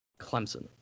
clemson